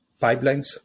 pipelines